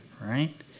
right